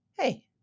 hey